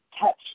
touch